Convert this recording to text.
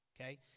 Okay